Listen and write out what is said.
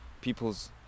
people's